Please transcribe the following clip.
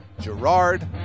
Gerard